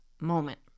moment